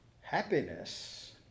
happiness